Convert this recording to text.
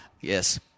Yes